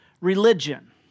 religion